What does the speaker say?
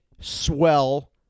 swell